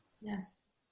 Yes